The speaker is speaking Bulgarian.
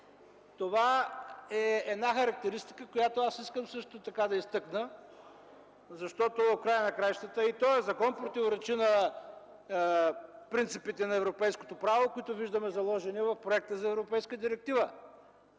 Това е една характеристика, която искам да изтъкна, защото в края на краищата и този закон противоречи на принципите на европейското право, които виждаме заложени в проекта за европейска директива